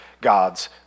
God's